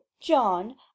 john